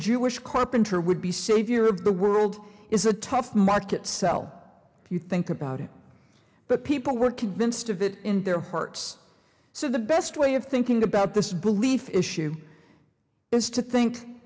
jewish carpenter would be savior of the world is a tough market sell if you think about it but people were convinced of it in their hearts so the best way of thinking about this belief issue is to think